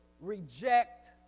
reject